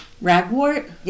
Ragwort